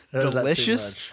Delicious